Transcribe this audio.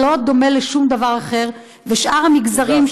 רפורמות,